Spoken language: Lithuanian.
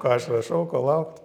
ką aš rašau ko laukt